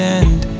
end